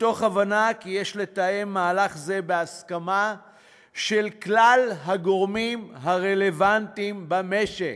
מתוך הבנה כי יש לתאם מהלך זה בהסכמה של כלל הגורמים הרלוונטיים במשק.